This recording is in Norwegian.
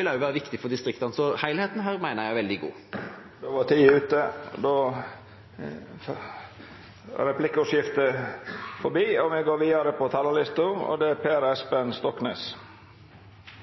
vil være viktig for distriktene. Så helheten her mener jeg er veldig god. Replikkordskiftet er omme. Jeg vet ikke om presidenten har lagt merke til det, men Nettavisen er svært glad i – eller iallfall opptatt av – De Grønne. Oppslag om MDG-Lan og